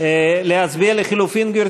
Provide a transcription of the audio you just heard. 34 בעד, 43 נגד, אין